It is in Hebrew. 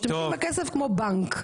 משתמשים בכסף כמו בנק.